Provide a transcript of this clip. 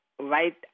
right